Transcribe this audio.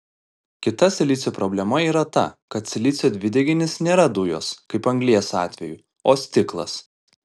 kita silicio problema yra ta kad silicio dvideginis nėra dujos kaip anglies atveju o stiklas